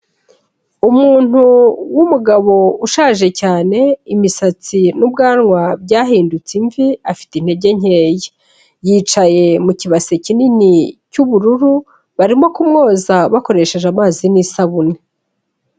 Umuntu w'umugabo ushaje cyane imisatsi n'ubwanwa byahindutse imvi afite intege nkeya, yicaye mu kibase kinini cy'ubururu barimo kumwoza bakoresheje amazi n'isabune.